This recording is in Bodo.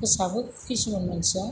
फोसाबो खिसुमान मानसिया